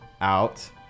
out